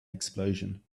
explosion